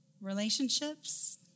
relationships